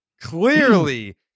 clearly